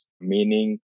meaning